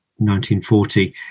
1940